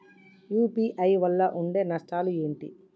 UPI వల్ల ఉండే నష్టాలు ఏంటి??